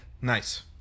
Nice